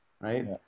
right